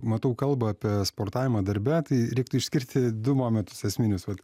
matau kalba apie sportavimą darbe tai reiktų išskirti du momentus esminius vat